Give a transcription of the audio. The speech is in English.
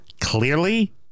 clearly